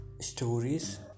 stories